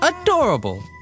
Adorable